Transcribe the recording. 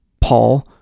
Paul